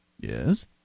Yes